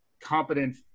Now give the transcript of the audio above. competent